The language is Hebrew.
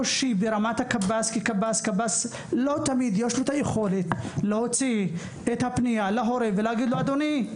לקב״ס לא תמיד יש את היכולת להוציא פניה להורה ולהגיד לו: ״אדוני,